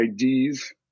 IDs